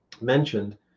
mentioned